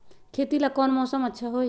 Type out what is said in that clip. खेती ला कौन मौसम अच्छा होई?